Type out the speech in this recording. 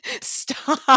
stop